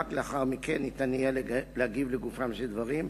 ורק לאחר מכן יהיה אפשר להגיב לגופם של דברים.